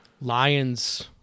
Lions